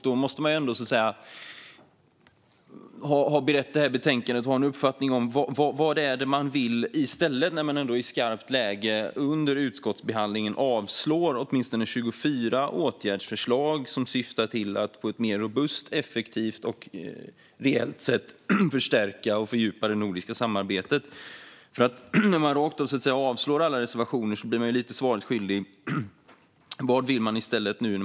Då måste hon ha berett det här betänkandet och ha en uppfattning om vad det är man vill i stället när man i skarpt läge, under utskottsbehandlingen, avslår åtminstone 24 åtgärdsförslag som syftar till att på ett mer robust, effektivt och reellt sätt förstärka och fördjupa det nordiska samarbetet. När man avslår alla reservationer blir man ju svaret skyldig vad man vill i stället.